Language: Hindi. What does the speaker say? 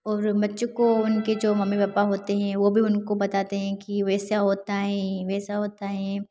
और बच्चों को उनके जो मम्मी पापा होते हैं वह भी उनको बताते हैं कि वैसा होता हैं वैसा होता हैं